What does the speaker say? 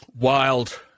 wild